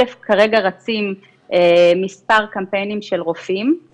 א', כרגע רצים מספר קמפיינים של רופאים.